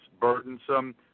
burdensome